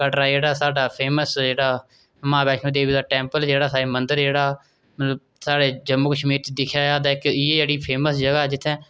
कटरा जेह्ड़ा साढ़ा फेमस जेह्ड़ा माता बैश्णो देवी दा टैम्पल जेह्ड़ा ता एह् मंदर जेह्ड़ा साढ़े जम्मू कश्मीर च दिक्खेआ जा ते कि इ'यै जेह्ड़ी फेमस जगह् जित्थै